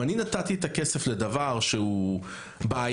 אם אני נתתי את הכסף לדבר שהוא בעייתי,